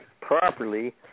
properly